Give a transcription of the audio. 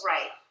Right